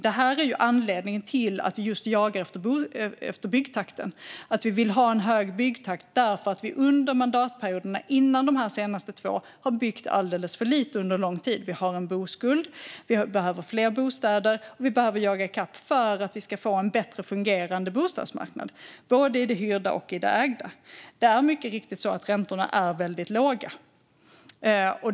Det här är anledningen till att vi jagar efter byggtakten. Vi vill ha en hög byggtakt därför att man under mandatperioderna före de senaste två byggde alldeles för lite under lång tid. Vi har en boskuld. Vi behöver fler bostäder, och vi behöver jaga i kapp för att vi ska få en bättre fungerande bostadsmarknad, både i det hyrda och i det ägda. Det är mycket riktigt så att räntorna är väldigt låga.